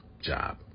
job